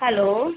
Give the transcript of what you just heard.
hello